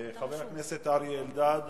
חבר הכנסת אריה אלדד,